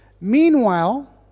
Meanwhile